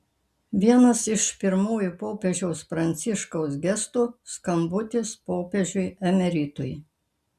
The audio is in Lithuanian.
vienas iš pirmųjų popiežiaus pranciškaus gestų skambutis popiežiui emeritui